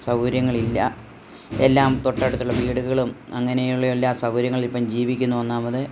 സൗകര്യങ്ങളില്ല എല്ലാം തൊട്ടടുത്തുള്ള വീടുകളും അങ്ങനെയുള്ള എല്ലാ സൗകര്യങ്ങളിൽ ഇപ്പം ജീവിക്കുന്നു ഒന്നാമത്